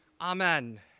Amen